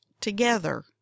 together